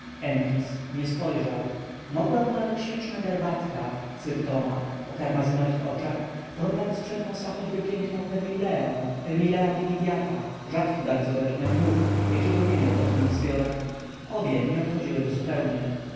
nie spojrzał mogła mu nawet śliczna garbatka cyrtoma o karmazynowych oczach porwać z przed nosa choćby piękną hemileę hemilea dimidiata rzadki bardzo gatunek much jakiego nie miał dotąd w zbiorach obie nie obchodziły go zupełnie